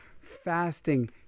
fasting